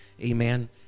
amen